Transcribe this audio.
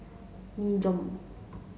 Nin Jiom